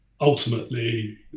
ultimately